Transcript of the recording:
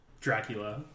Dracula